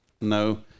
No